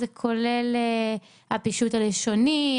זה כולל הפישוט הלשוני,